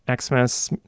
Xmas